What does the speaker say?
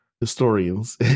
historians